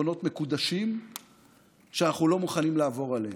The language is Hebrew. גם לנו יש עקרונות מקודשים שאנחנו לא מוכנים לעבור עליהם.